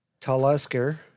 Talusker